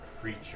creature